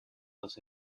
los